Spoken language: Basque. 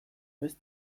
beste